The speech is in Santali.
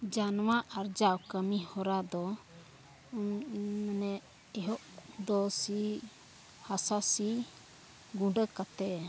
ᱡᱟᱱᱣᱟ ᱟᱨᱡᱟᱣ ᱠᱟᱹᱢᱤᱦᱚᱨᱟ ᱫᱚ ᱢᱟᱱᱮ ᱮᱦᱚᱵ ᱫᱚ ᱥᱤ ᱦᱟᱥᱟ ᱥᱤ ᱜᱩᱰᱟᱹ ᱠᱟᱛᱮᱫ